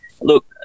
look